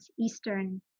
Eastern